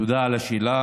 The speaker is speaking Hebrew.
תודה על השאלה.